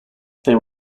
they